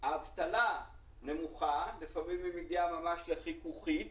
האבטלה נמוכה, לפעמים היא מגיעה ממש לחיכוכית,